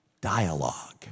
dialogue